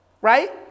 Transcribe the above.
right